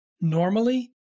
normally